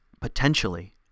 potentially